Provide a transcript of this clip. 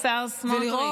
השר סמוטריץ'.